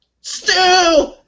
Stew